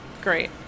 great